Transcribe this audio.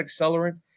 accelerant